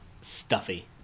stuffy